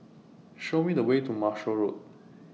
Show Me The Way to Marshall Road